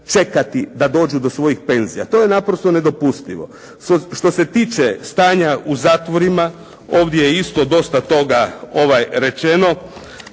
čekati da dođu do svojih penzija. To je naprosto nedopustivo. Što se tiče stanja u zatvorima, ovdje je isto dosta toga rečeno,